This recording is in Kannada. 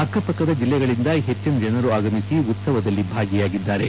ಅಕ್ಕ ಪಕ್ಕದ ಜಿಲ್ಲೆಗಳಿಂದ ಹೆಚ್ಚನ ಜನರು ಆಗಮಿಸಿ ಉತ್ಸವದಲ್ಲಿ ಭಾಗಿಯಾಗಿದ್ದಾರೆ